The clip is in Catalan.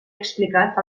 explicat